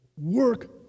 work